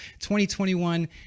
2021